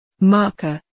Marker